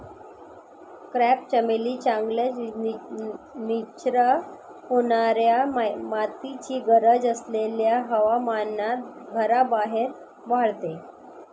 crepe चमेली चांगल्या निचरा होणाऱ्या मातीची गरज असलेल्या हवामानात घराबाहेर वाढते